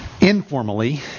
Informally